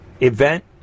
event